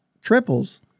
triples